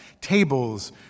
Tables